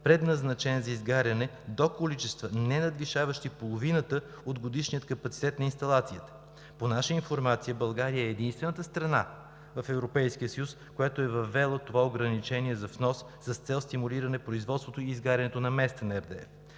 предназначени за изгаряне, до количества, ненадвишаващи половината от годишния капацитет на инсталацията. По наша информация България е единствената страна в Европейския съюз, която е въвела това ограничение за внос с цел стимулиране производството и изгарянето на местен RDF.